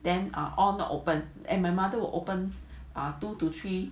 then all not open and my mother will open two to three